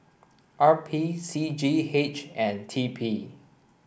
R P C G H and T P